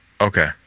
Okay